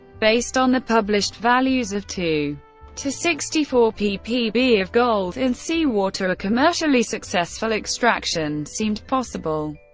based on the published values of two to sixty four ppb of gold in seawater a commercially successful extraction seemed possible.